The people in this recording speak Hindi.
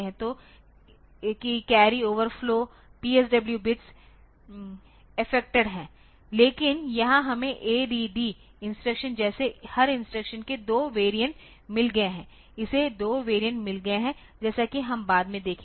तो कि carry over flow Psw bits affected हैं लेकिन यहां हमें ADD इंस्ट्रक्शन जैसे हर इंस्ट्रक्शन के 2 वेरिएंट मिल गए हैं इसे 2 वेरिएंट मिल गए हैं जैसा कि हम बाद में देखेंगे